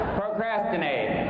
procrastinate